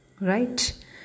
right